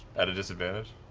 at a disadvantage?